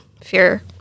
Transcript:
fear